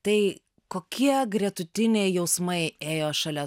tai kokie gretutiniai jausmai ėjo šalia